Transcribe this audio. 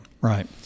Right